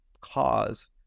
cause